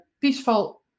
peaceful